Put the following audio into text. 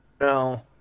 No